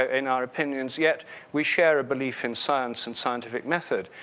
ah in our opinions, yet we share a belief in science and scientific method.